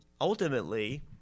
ultimately